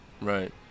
Right